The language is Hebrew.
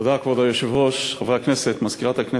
כבוד היושב-ראש, תודה, חברי הכנסת,